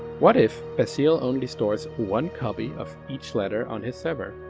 what if, basile only stores one copy of each letter on his server.